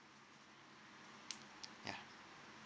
ya